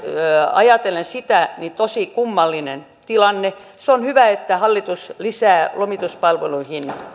ajatellen tosi kummallinen tilanne on hyvä että hallitus lisää myös lomituspalveluihin